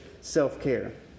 self-care